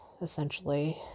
Essentially